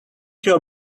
your